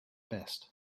best